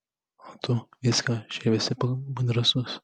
o tu vycka šiaip esi pakankamai drąsus